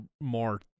more